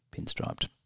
Pinstriped